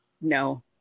No